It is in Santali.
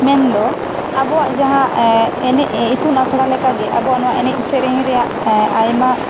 ᱢᱮᱱ ᱫᱚ ᱟᱵᱚᱭᱟᱜ ᱡᱟᱦᱟᱸ ᱮᱱᱮᱡ ᱤᱛᱩᱱ ᱟᱥᱟᱲᱟ ᱞᱮᱠᱟᱜᱮ ᱟᱵᱚᱭᱟᱜ ᱱᱚᱣᱟ ᱮᱱᱮᱡ ᱥᱮᱨᱮᱧ ᱨᱮᱭᱟᱜ ᱮᱸ ᱟᱭᱢᱟ